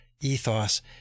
ethos